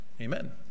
amen